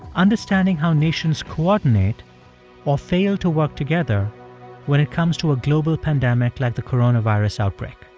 understanding how nations coordinate or fail to work together when it comes to a global pandemic like the coronavirus outbreak